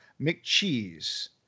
McCheese